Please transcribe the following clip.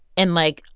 and, like,